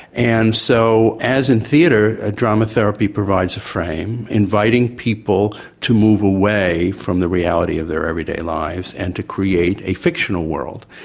and so as in theatre, ah drama therapy provides a frame inviting people to move away from the reality of their everyday lives and to create a fictional world,